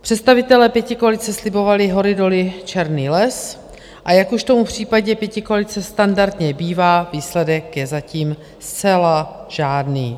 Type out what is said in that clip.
Představitelé pětikoalice slibovali hory doly černý les, a jak už tomu v případě pětikoalice standardně bývá, výsledek není zatím zcela žádný.